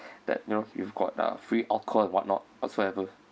that you know you've got uh free alcohol what not whatsoever